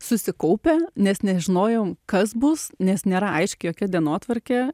susikaupę nes nežinojom kas bus nes nėra aiški jokia dienotvarkė